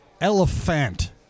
Elephant